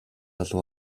олов